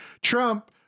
trump